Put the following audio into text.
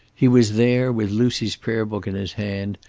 he was there, with lucy's prayer-book in his hand,